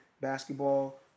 basketball